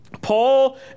Paul